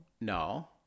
no